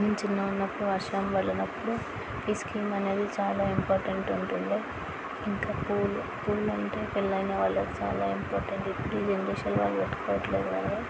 మేము చిన్నగా ఉన్నప్పుడు వర్షం పడనప్పుడు ఈ స్కీమ్ అనేది చాలా ఇంపార్టెంట్ ఉంటుండే ఇంకా పూలు పూలు అంటే పెళ్ళైన వాళ్ళకి చాలా ఇంపార్టెంట్ ఇప్పుడు ఈ జనరేషన్ వాళ్ళు పెట్టుకోవట్లేదు కానీ